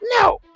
No